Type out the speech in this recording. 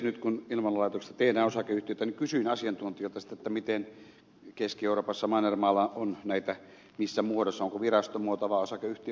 nyt kun ilmailulaitoksesta tehdään osakeyhtiötä niin kysyin asiantuntijoilta sitten miten keski euroopassa mannermaalla on näitä yhtiöitetty ja missä muodossa eli onko virastomuoto vai osakeyhtiömuoto